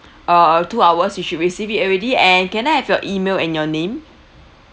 uh two hours you should receive it already and can I have your email and your name